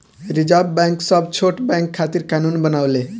reserve bank सब छोट bank खातिर कानून बनावेला